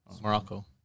Morocco